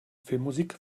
filmmusik